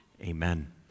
Amen